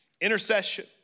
intercession